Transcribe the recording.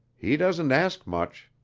he doesn't ask much.